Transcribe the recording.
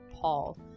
Paul